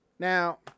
Now